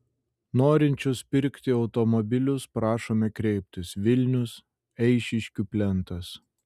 norinčius pirkti automobilius prašome kreiptis vilnius eišiškių plentas